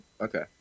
Okay